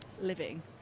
Living